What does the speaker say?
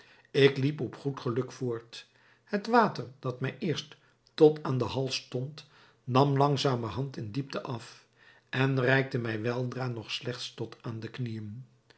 ik liep op goed geluk voort het water dat mij eerst tot aan den hals stond nam langzamerhand in diepte af en reikte mij weldra nog slechts tot aan de knieën